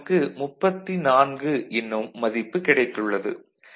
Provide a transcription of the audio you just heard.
இங்கு நமக்கு 34 என்னும் மதிப்பு கிடைத்துள்ளது